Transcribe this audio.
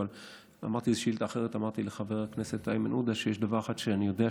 אבל בשאילתה אחרת אמרתי לחבר הכנסת איימן עודה שיש דבר אחד שאני יודע,